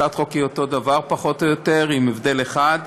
הצעת החוק היא אותו דבר פחות או יותר עם הבדל אחד.